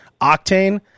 Octane